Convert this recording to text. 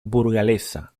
burgalesa